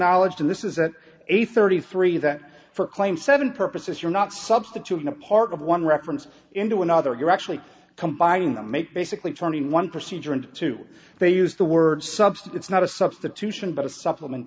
acknowledged and this isn't a thirty three that for claim seven purposes you're not substituting a part of one reference into another you're actually combining them make basically turning one procedure and two they use the word subset it's not a substitution but a supplement